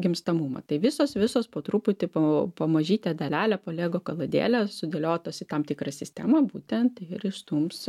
gimstamumą tai visos visos po truputį po po mažytę dalelę po lego kaladėlę sudėliotos į tam tikrą sistemą būtent ir išstums